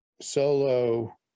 solo